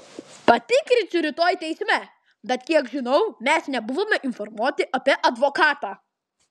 patikrinsiu rytoj teisme bet kiek žinau mes nebuvome informuoti apie advokatą